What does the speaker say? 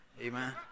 Amen